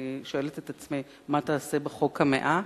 ואני שואלת את עצמי מה תעשה בחוק ה-100.